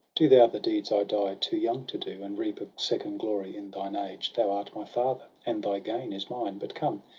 do thou the deeds i die too young to do, and reap a second glory in thine age thou art my father, and thy gain is mine. but come!